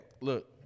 look